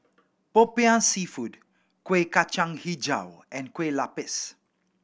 Popiah Seafood Kuih Kacang Hijau and Kueh Lupis